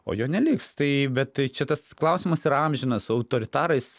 o jo neliks tai bet tai čia tas klausimas yra amžinas autoritarais